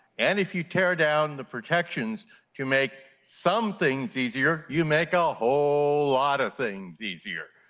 and if you tear down the protections to make some things easier, you make a whole lot of things easier.